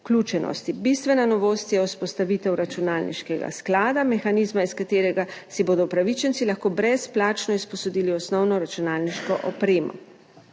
Bistvena novost je vzpostavitev računalniškega sklada, mehanizma, iz katerega si bodo upravičenci lahko brezplačno izposodili osnovno računalniško opremo.